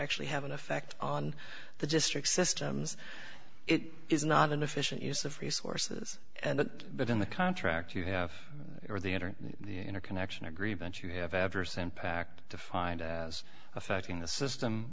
actually have an effect on the district systems it is not an efficient use of resources and but in the contract you have or the internet interconnection agreement you have adverse impact defined as affecting the system